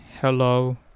hello